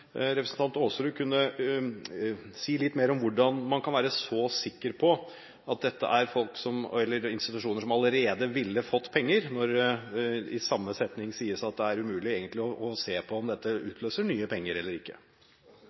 Aasrud kunne si litt mer om hvordan man kan være så sikker på at dette er institusjoner som allerede ville fått penger, når det i samme setning sies at det egentlig er umulig å se om dette utløser nye penger eller ikke.